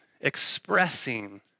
expressing